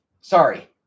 Sorry